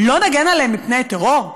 לא נגן עליהם מפני טרור?